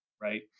right